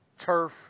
Turf